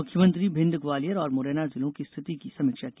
मुख्यमंत्री भिंड ग्वालियर और मुरैना जिलों की स्थिति की समीक्षा की